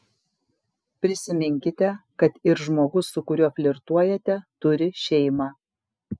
prisiminkite kad ir žmogus su kuriuo flirtuojate turi šeimą